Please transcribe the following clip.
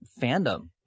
fandom